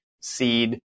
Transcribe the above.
seed